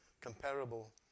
comparable